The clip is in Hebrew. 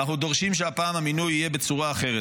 ואנחנו דורשים שהפעם המינוי יהיה בצורה אחרת.